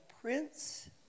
Prince